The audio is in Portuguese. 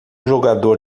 jogador